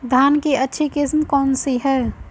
धान की अच्छी किस्म कौन सी है?